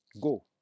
Go